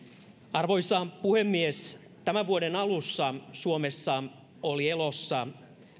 arvoisa puhemies tämän vuoden alussa suomessa oli elossa